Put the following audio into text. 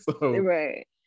right